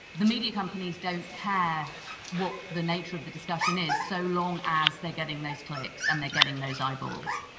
the media companies don't care what the nature of the discussion is, so long as they are getting those clicks and they are getting those eyeballs.